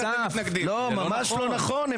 ממש לא נכון.